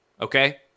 okay